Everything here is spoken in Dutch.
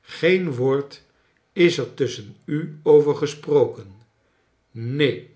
geen woord is er tusschen u over gesproken neen